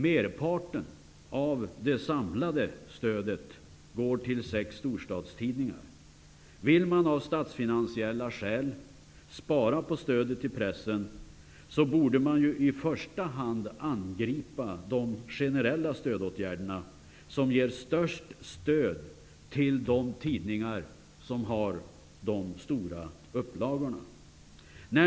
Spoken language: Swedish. Merparten av det samlade stödet går till sex storstadstidningar. Vill man av statsfinansiella skäl spara på stödet till pressen, borde man ju i första hand angripa de generella stödåtgärderna, som ger störst stöd till de tidningar som har de stora upplagorna.